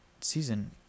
season